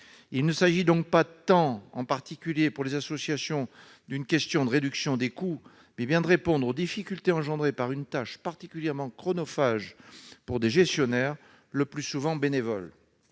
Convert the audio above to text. Il ne s'agit donc pas tant, en particulier pour les associations, de réduire les coûts, mais bien de répondre aux difficultés engendrées par une tâche particulièrement chronophage pour les gestionnaires qui sont le plus souvent des bénévoles.